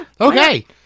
Okay